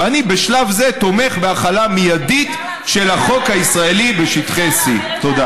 ואני בשלב זה תומך בהחלה מיידית של החוק הישראלי בשטחי C. תודה.